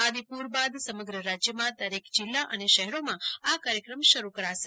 આદિપુર બાદ સમગ્ર રાજ્યમાં દરેક જીલ્લા અને શહેરોમાં આ કાર્યક્રમ શરુ કરાશે